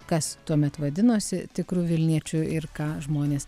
kas tuomet vadinosi tikru vilniečiu ir ką žmonės